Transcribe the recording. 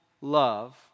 love